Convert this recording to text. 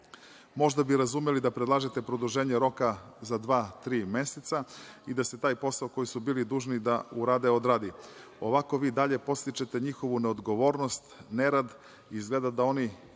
Možda bi razumeli da predlažete produženje roka za dva, tri meseca i da se taj posao koji su bili dužni da urade odradi. Ovako, vi dalje podstičete njihovu neodgovornost, nerad. Izgleda da oni